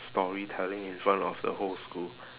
storytelling in front of the whole school